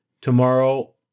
tomorrow